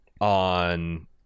on